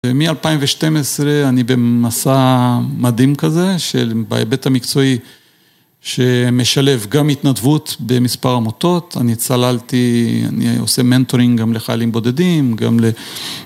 מ-2012 אני במסע מדהים כזה של בהיבט המקצועי שמשלב גם התנדבות במספר עמותות, אני צללתי, אני עושה מנטורינג גם לחיילים בודדים, גם ל...